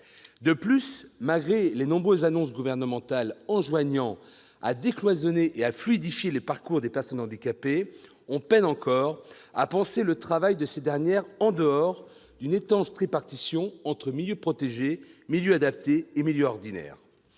De plus, malgré les nombreuses annonces gouvernementales exhortant à décloisonner et à fluidifier les parcours des personnes handicapées, on peine encore à penser le travail de ces dernières en dehors d'une étanche tripartition entre milieu protégé, milieu adapté et milieu ordinaire.